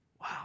wow